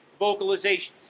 vocalizations